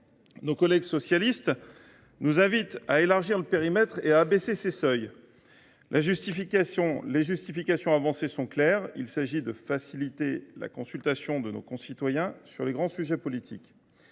Nos collègues socialistes nous invitent à élargir ce périmètre et à abaisser ces seuils. Les justifications avancées sont claires : il s’agit de faciliter la consultation de nos concitoyens sur les grands sujets politiques.